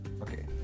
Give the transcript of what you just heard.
Okay